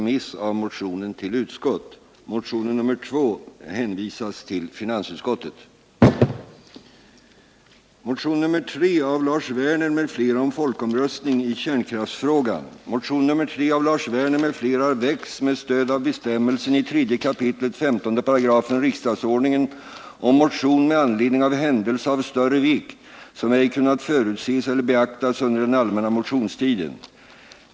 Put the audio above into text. Motionen nr 3 av Lars Werner m.fl. har väckts med stöd av bestämmelsen i 3 kap. 15 § riksdagsordningen om motion med anledning av händelse av större vikt som ej kunnat förutses eller beaktas under den allmänna motionstiden.